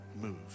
move